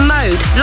Mode